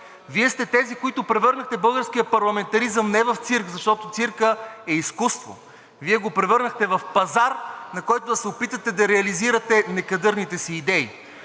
Вие сте тези, които превърнахте българския парламентаризъм не в цирк, защото циркът е изкуство, Вие го превърнахте в пазар, на който да се опитате да реализирате некадърните си идеи.